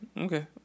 Okay